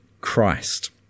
Christ